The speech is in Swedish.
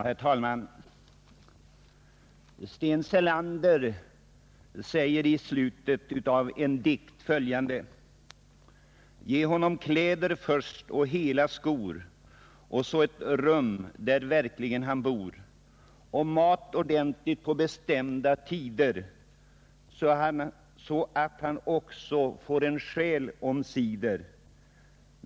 Herr talman! Sten Selander säger i slutet av en dikt följande: ”Ge honom kläder först och hela skor, och så ett rum där verkligen han bor, och mat ordentligt, på bestämda tider, så att han också får en själ omsider.